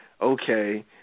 okay